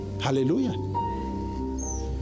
Hallelujah